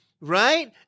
right